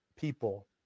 people